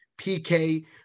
PK